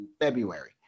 February